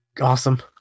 awesome